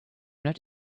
not